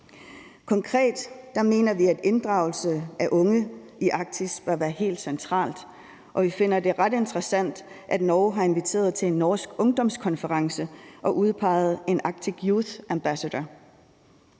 Konkret mener vi, at inddragelse af unge i Arktis bør være helt central, og vi finder det ret interessant, at Norge har inviteret til en norsk ungdomskonference og udpeget en Arctic Youth Ambassador.